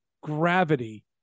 gravity